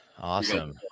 Awesome